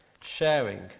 sharing